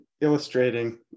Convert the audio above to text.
illustrating